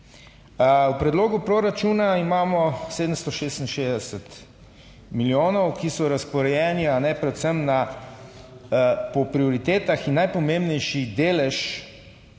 V predlogu proračuna imamo 766 milijonov, ki so razporejeni predvsem na, po prioritetah in najpomembnejši delež,